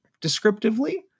descriptively